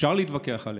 אפשר להתווכח עליה,